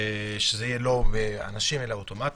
שזה לא יהיה עם אנשים, אלא אוטומטי.